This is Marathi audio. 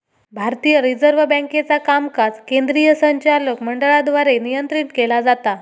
भारतीय रिझर्व्ह बँकेचा कामकाज केंद्रीय संचालक मंडळाद्वारे नियंत्रित केला जाता